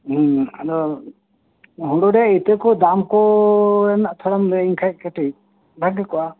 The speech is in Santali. ᱟᱫᱚ ᱦᱩᱲᱩ ᱨᱮᱭᱟᱜ ᱤᱛᱟᱹ ᱠᱚ ᱫᱟᱢ ᱠᱚ ᱨᱮᱭᱟᱜ ᱛᱷᱚᱲᱟᱢ ᱞᱟᱹᱭ ᱤᱧ ᱠᱷᱟᱡ ᱠᱟᱹᱴᱤᱡ ᱵᱷᱟᱹᱜᱤ ᱠᱚᱜᱼᱟ